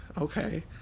okay